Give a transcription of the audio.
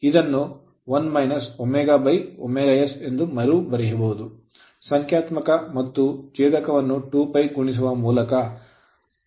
ಇದನ್ನು 1 ωωs ಎಂದು ಮರುಬರೆಯಬಹುದು ಸಂಖ್ಯಾತ್ಮಕ ಮತ್ತು ಛೇದಕವನ್ನು 2 π ಗುಣಿಸುವ ಮೂಲಕ